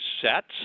sets